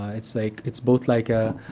it's like it's both like ah